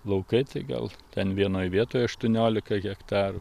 laukai tai gal ten vienoj vietoj aštuoniolika hektarų